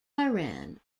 iran